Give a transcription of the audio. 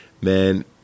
man